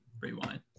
Rewind